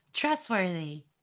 Trustworthy